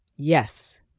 Yes